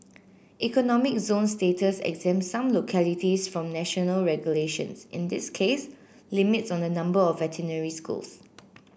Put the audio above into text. economic zone status exempt some localities from national regulations in this case limits on the number of veterinary schools